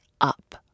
up